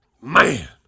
Man